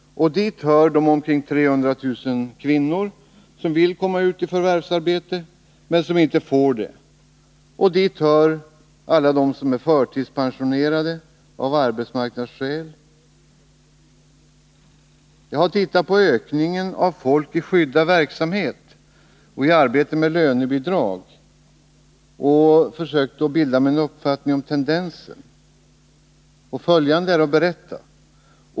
Dit hör de omkring 300 000 kvinnor som vill komma ut i förvärvsarbete men som inte får det. Dit hör också alla de som är förtidspensionerade av arbetsmarknadsskäl. Jag har tittat på ökningen av folk i skyddad verksamhet och i arbete med lönebidrag och försökt bilda mig en uppfattning om tendensen. Följande är att berätta.